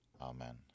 Amen